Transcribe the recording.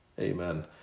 Amen